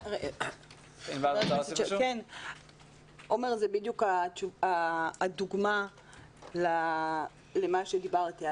זאת בדיוק הדוגמה למה שדיברתי,